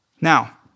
Now